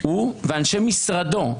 הוא ואנשי משרדו,